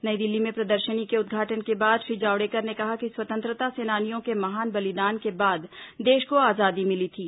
नई दिल्ली में प्रदर्शनी के उद्घाटन के बाद श्री जावड़ेकर ने कहा कि स्वतंत्रता सेनानियों के महान बलिदान के बाद देश को आजादी मिली थी